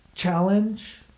Challenge